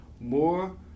more